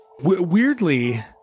Weirdly